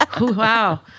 Wow